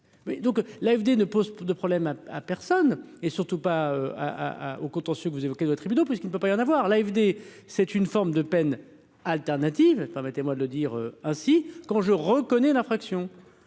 donc la FED ne pose pas de problème à personne et surtout pas à à au contentieux, que vous évoquez doit tribunaux puisqu'il ne peut pas y en avoir, l'AFD, c'est une forme de peines alternatives, permettez-moi de le dire ainsi, quand je reconnais l'infraction